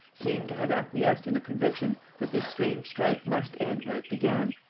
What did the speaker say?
seem to have acquiesced in the conviction that this strange strife must end where it began,